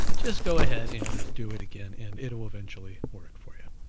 just go ahead, and do it again, and it'll eventually work for you.